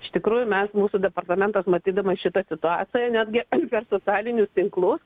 iš tikrųjų mes mūsų departamentas matydamas šitą situaciją netgi per socialinius tinklus